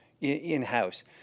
in-house